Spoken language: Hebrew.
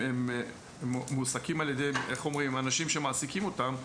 האנשים שמעסיקים אותם,